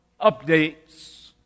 updates